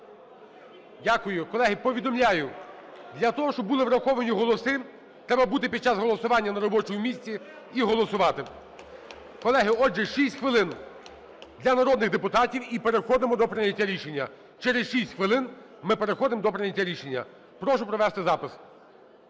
Дякую. Колеги, повідомляю: для того, щоб були враховані голоси, треба бути під час голосування на робочому місці і голосувати. Колеги, отже, 6 хвилин – для народних депутатів, і переходимо до прийняття рішення. Через 6 хвилин ми переходимо до прийняття рішення. Прошу провести запис.